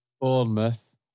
Bournemouth